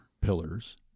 pillars